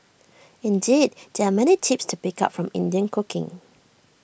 indeed there are many tips to pick up from Indian cooking